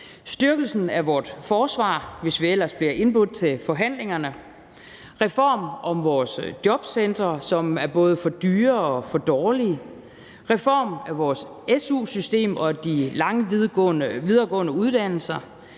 styrkelsen af vort forsvar, hvis vi ellers bliver indbudt til forhandlingerne, en reform af vores jobcentre, som er både for dyre og for dårlige, en reform af vores su-system og de lange videregående uddannelser,